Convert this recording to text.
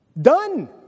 Done